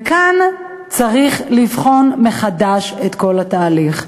וכאן צריך לבחון מחדש את כל התהליך.